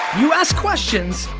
you ask questions,